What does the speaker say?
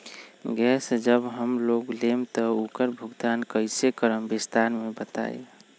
Gas जब हम लोग लेम त उकर भुगतान कइसे करम विस्तार मे बताई?